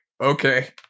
okay